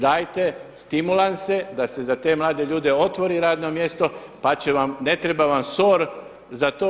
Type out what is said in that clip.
Dajte stimulanse da se za te mlade ljude otvori to radno mjesto pa će vam, ne treba vam SOR za to.